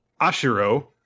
Ashiro